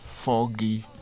Foggy